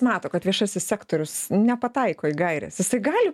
mato kad viešasis sektorius nepataiko į gaires jisai gali